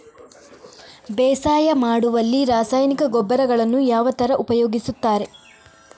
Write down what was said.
ಬೇಸಾಯ ಮಾಡುವಲ್ಲಿ ರಾಸಾಯನಿಕ ಗೊಬ್ಬರಗಳನ್ನು ಯಾವ ತರ ಉಪಯೋಗಿಸುತ್ತಾರೆ?